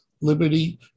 liberty